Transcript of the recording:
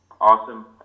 awesome